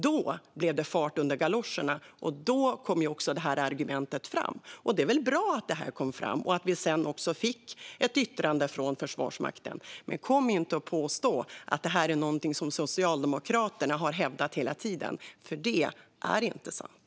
Då blev det fart under galoscherna, och då kom också detta argument fram. Det är väl bra att det kom fram och att vi sedan också fick ett yttrande från Försvarsmakten. Men kom inte och påstå att det är någonting som Socialdemokraterna har hävdat hela tiden, för det är inte sant!